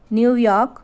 New York